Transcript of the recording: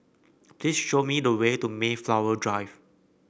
please show me the way to Mayflower Drive